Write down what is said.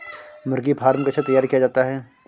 मुर्गी फार्म कैसे तैयार किया जाता है?